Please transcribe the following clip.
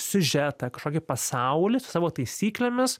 siužetą kažkokį pasaulį su savo taisyklėmis